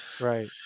right